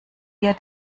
ihr